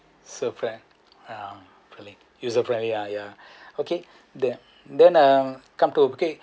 so prep~ boleh user friendly ah ya okay then then uh come to okay